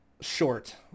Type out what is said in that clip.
short